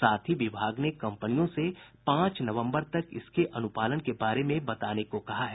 साथ ही विभाग ने कम्पनियों से पांच नवम्बर तक इसके अनुपालन के बारे में बताने को कहा है